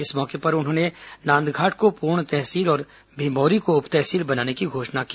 इस मौके पर उन्होंने नांदघाट को पूर्ण तहसील और भिंभौरी को उप तहसील बनाने की घोषणा की